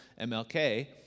MLK